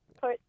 put